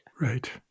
Right